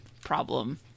problem